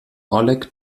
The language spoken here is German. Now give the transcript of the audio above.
oleg